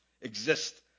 exist